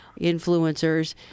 influencers